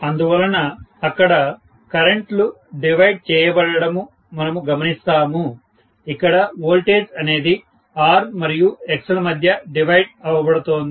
అందువలన అక్కడ కరెంటులు డివైడ్ చేయబడడము మనము గమనిస్తాము ఇక్కడ వోల్టేజ్ అనేది R మరియు X ల మధ్య డివైడ్ అవబడుతోంది